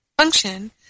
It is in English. function